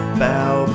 bow